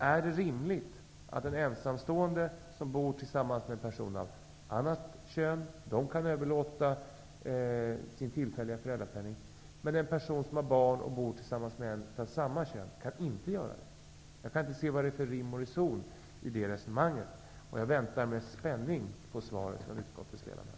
Är det rimligt att en ensamstående förälder, som bor tillsammans med person av annat kön kan överlåta rätten till sin tillfälliga föräldrapenning till denna person, medan en ensamstående förälder som bor tillsammans med person av samma kön inte kan det? Jag ser inte vad som är rim och reson i det resonemanget, och jag väntar med spänning på svaret från utskottets ledamöter.